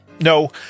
No